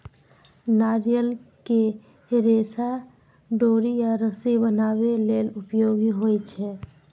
नारियल के रेशा डोरी या रस्सी बनाबै लेल उपयोगी होइ छै